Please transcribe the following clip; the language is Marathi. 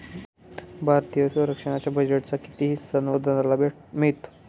भारतीय संरक्षण बजेटचा किती हिस्सा नौदलाला मिळतो?